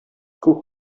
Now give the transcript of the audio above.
күк